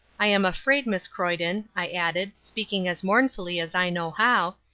i am afraid, miss croyden, i added, speaking as mournfully as i knew how,